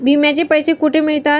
विम्याचे पैसे कुठे मिळतात?